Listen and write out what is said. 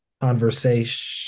conversation